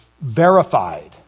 verified